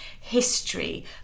history